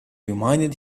reminded